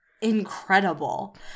incredible